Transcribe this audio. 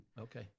Okay